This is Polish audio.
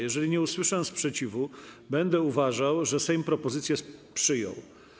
Jeżeli nie usłyszę sprzeciwu, będę uważał, że Sejm propozycję przyjął.